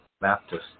Baptist